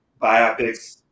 biopics